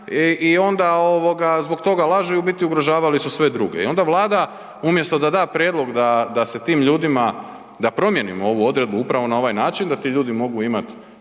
i onda zbog toga lažu i u biti ugrožavali su sve druge. I onda Vlada umjesto da da prijedlog da se tim ljudima, da promijenimo ovu odredbu upravo na ovaj način da ti ljudi mogu imati